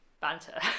Banter